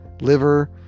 liver